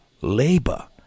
labor